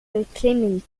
beklimming